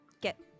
get